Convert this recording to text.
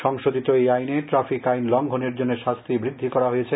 সংশোধিত এই আইনে ট্রাফিক আইন লংঘনের জন্য শাস্তি বৃদ্ধি করা হয়েছে